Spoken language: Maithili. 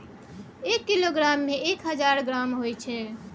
एक किलोग्राम में एक हजार ग्राम होय छै